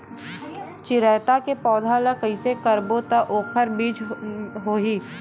चिरैता के पौधा ल कइसे करबो त ओखर बीज होई?